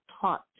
taught